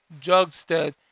Jugstead